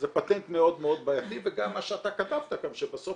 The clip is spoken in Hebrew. זה פטנט מאוד מאוד בעייתי וגם מה שאתה כתבת גם שבסוף